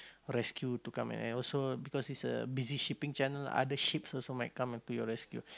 rescue to come and and also because it's a busy shipping channel other ships also might come up to your rescue